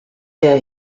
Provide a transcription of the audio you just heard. year